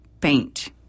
paint